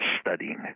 studying